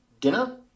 dinner